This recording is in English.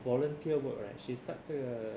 volunteer work right she started a